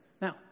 Now